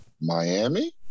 Miami